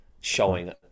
showing